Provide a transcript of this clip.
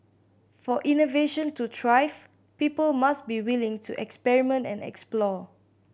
for innovation to thrive people must be willing to experiment and explore